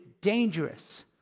dangerous